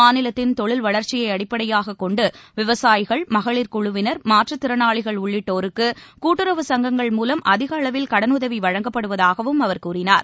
மாநிலத்தின் தொழில் வளர்ச்சியை அடிப்படையாகக் கொண்டு விவசாயிகள் மகளிர் குழுவினர் மாற்றுத் திறனாளிகள் உள்ளிட்டோருக்கு கூட்டுறவு சங்கங்கள் மூலம் அதிக அளவில் கடனுதவி வழங்கப்படுவதாகவும் அவர் கூறினார்